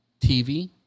TV